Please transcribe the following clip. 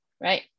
right